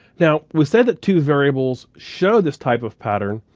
now we said that two variables show this type of pattern,